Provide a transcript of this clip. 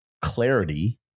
clarity